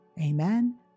Amen